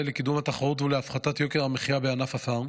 לקידום התחרות ולהפחתת יוקר המחיה בענף הפארם